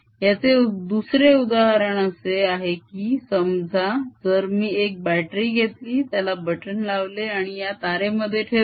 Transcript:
याचे दुसरे उदाहरण असे आहे की समजा जर मी एक बटरी घेतली त्याला बटन लावले आणि या तारेमध्ये ठेवली